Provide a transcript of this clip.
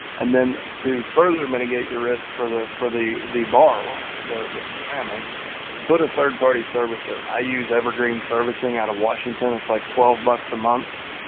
and then do further mitigate the risk for the for the the borrower, the the family put a third party servicer i use evergreen servicing out of washington it's like twelve bucks a month,